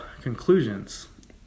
conclusions